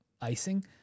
icing